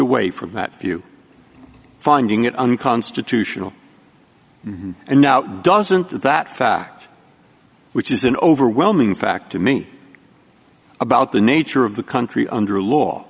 away from that view finding it unconstitutional and now doesn't that fact which is an overwhelming fact to me about the nature of the country under law